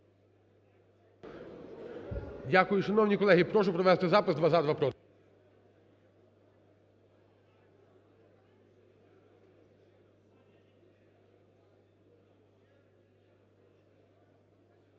Дякую. Шановні колеги, прошу провести запис: два – за, два – проти.